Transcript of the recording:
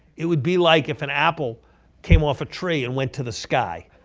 it would be like if an apple came off a tree and went to the sky.